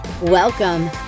Welcome